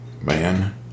man